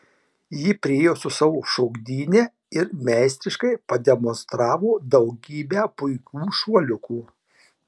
ji priėjo su savo šokdyne ir meistriškai pademonstravo daugybę puikių šuoliukų